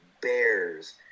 Bears